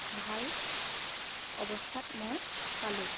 ভাল অৱস্থাত মই পালোঁ